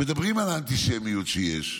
הם מדברים על האנטישמיות שיש,